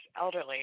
elderly